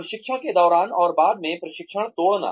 प्रशिक्षण के दौरान और बाद में प्रशिक्षण तोड़ना